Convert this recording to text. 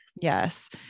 Yes